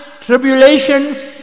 tribulations